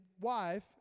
wife